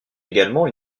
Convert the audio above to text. également